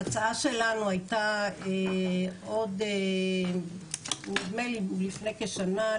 ההצעה שלנו הייתה עוד נדמה לי לפני כשנה,